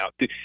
now